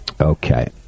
Okay